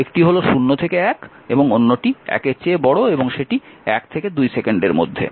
একটি হল 0 থেকে 1 এবং অন্যটি 1 এর চেয়ে বড় এবং সেটি 1 থেকে 2 সেকেন্ডের মধ্যে